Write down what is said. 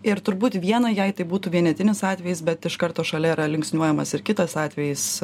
ir turbūt viena jei tai būtų vienetinis atvejis bet iš karto šalia yra linksniuojamas ir kitas atvejis